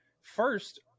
First